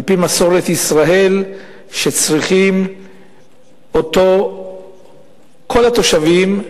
על-פי מסורת ישראל, שצריכים אותו כל התושבים,